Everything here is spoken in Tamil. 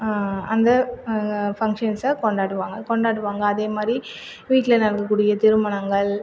அந்த ஃபங்க்ஷன்ஸில் கொண்டாடுவாங்கள் கொண்டாடுவாங்கள் அதேமாதிரி வீட்டில் நடக்கக்கூடிய திருமணங்கள்